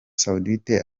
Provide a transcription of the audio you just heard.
saoudite